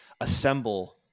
assemble